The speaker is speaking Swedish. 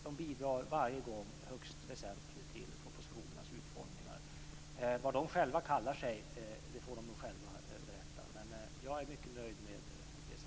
De bidrar varje gång högst väsentligt till propositionernas utformningar. Vad de själva kallar sig får de nog själva berätta. Men jag är mycket nöjd med det samarbetet.